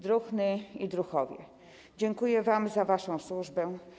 Druhny i druhowie, dziękuję wam za waszą służbę.